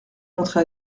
montré